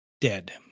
dead